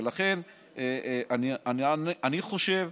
ולכן אני חושב